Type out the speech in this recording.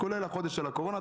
כולל החודש של הקורונה,